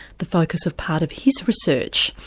the focus of part of his research.